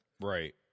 Right